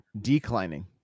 declining